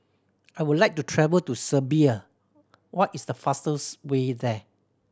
I would like to travel to Serbia what is the fastest way there